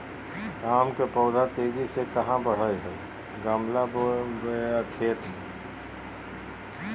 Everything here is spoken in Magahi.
आम के पौधा तेजी से कहा बढ़य हैय गमला बोया खेत मे?